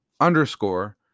underscore